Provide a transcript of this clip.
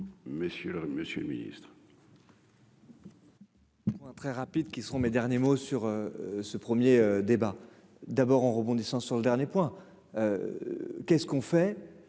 Monsieur le Ministre.